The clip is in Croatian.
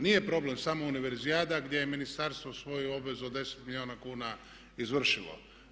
Nije problem samo univerzijada gdje je ministarstvo svoju obvezu od 10 milijuna kuna izvršilo.